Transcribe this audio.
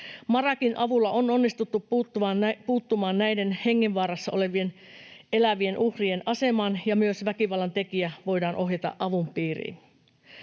MARAKin avulla on onnistuttu puuttumaan näiden hengenvaarassa elävien uhrien asemaan, ja myös väkivallan tekijä voidaan ohjata avun piiriin.